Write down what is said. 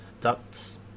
ducts